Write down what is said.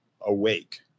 awake